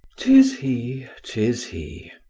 tis he, tis he!